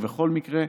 ובכל מקרה,